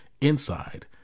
inside